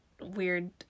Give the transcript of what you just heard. weird